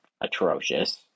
atrocious